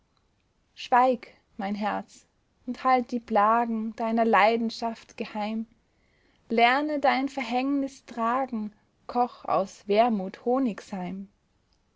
schweig mein herz und halt die plagen deiner leidenschaft geheim lerne dein verhängnis tragen koch aus wermut honigseim